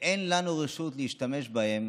ואין לנו רשות להשתמש בהם